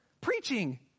Preaching